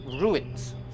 ruins